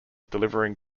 delivering